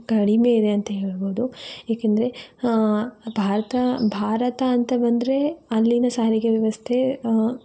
ಕಡಿಮೆ ಇದೆ ಅಂತ ಹೇಳ್ಬೋದು ಏಕೆಂದರೆ ಭಾರತ ಭಾರತ ಅಂತ ಬಂದರೆ ಅಲ್ಲಿನ ಸಾರಿಗೆ ವ್ಯವಸ್ಥೆ